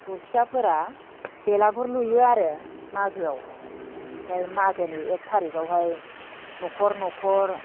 गुरखियाफोरा बेलागुर लुयो आरो मागोआव ओमफ्राय मागोनि एख थारिखआवहाय न'खर न'खर